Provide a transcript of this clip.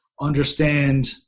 understand